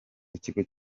ikigo